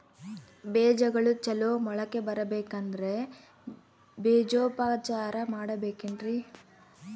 ಬೇಜಗಳು ಚಲೋ ಮೊಳಕೆ ಬರಬೇಕಂದ್ರೆ ಬೇಜೋಪಚಾರ ಮಾಡಲೆಬೇಕೆನ್ರಿ?